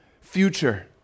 future